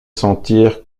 sentir